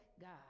God